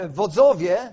wodzowie